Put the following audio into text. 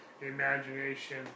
Imagination